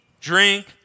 drink